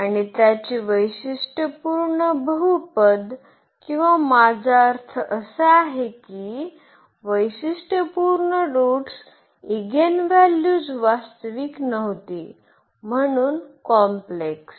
आणि त्याचे वैशिष्ट्यपूर्ण बहुपद किंवा माझा अर्थ असा आहे की वैशिष्ट्यपूर्ण रूट्स ईगेनव्हॅल्यूज वास्तविक नव्हती म्हणून कॉम्प्लेक्स